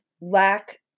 lack